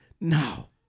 now